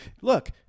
Look